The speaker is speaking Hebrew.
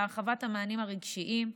להרחבת המענים הרגשיים.